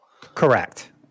Correct